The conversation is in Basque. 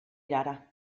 erara